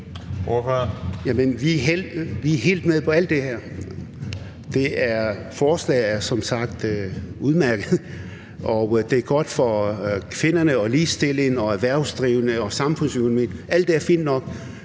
vi er helt med på alt det der. Forslaget er som sagt udmærket, og det er godt for kvinderne og ligestillingen og erhvervsdrivende og samfundsøkonomien – alt det er fint nok.